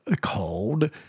called